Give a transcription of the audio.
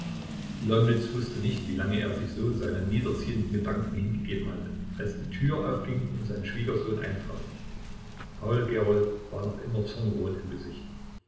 wußte nicht wie lange er sich so seinen niederziehenden gedanken hingegeben hatte als die tür aufging und sein schwiegersohn eintrat paul gerold war noch immer zornrot im gesicht